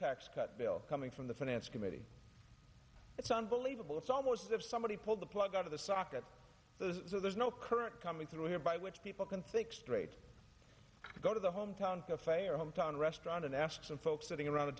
tax cut bill coming from the finance committee it's unbelievable it's almost as if somebody pulled the plug out of the socket so there's no current coming through here by which people can think straight go to the hometown cafe or hometown restaurant and ask some folks sitting around the